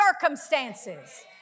circumstances